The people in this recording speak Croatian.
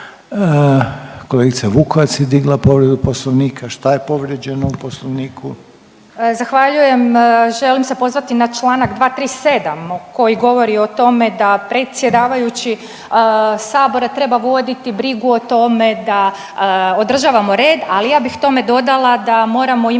Kolegica Vukovac je digla povredu Poslovnika. Šta je povrijeđeno u Poslovniku? **Vukovac, Ružica (Nezavisni)** Zahvaljujem. Želim se pozvati na Članak 237. koji govori o tome da predsjedavajući sabora treba voditi brigu o tome da održavamo red, ali ja bih tome dodala da moramo imati